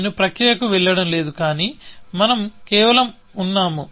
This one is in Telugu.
నేను ప్రక్రియకు వెళ్ళడం లేదు కానీ మనం కేవలం ఉన్నాము